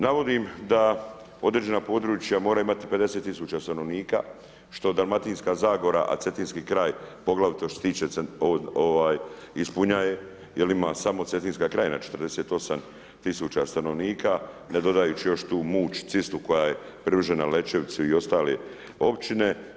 Navodim da određena područja moraju imati 50 000 stanovnika što Dalmatinska zagora a cetinski kraj, poglavito što se tiče ispunjava jer imamo samo Cetinska krajina 48 000 stanovnika, ne dodajući tu Muć, cestu koja je privržena Lečevici i ostale općine.